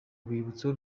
urwibutso